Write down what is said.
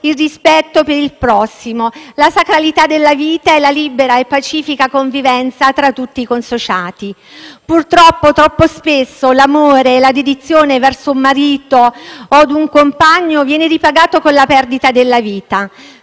il rispetto per il prossimo, la sacralità della vita e la libera e pacifica convivenza tra tutti i consociati. Purtroppo, troppo spesso l'amore e la dedizione verso un marito o un compagno vengono ripagati con la perdita della vita.